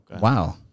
Wow